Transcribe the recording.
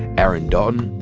aaron dalton,